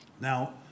Now